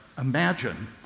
imagine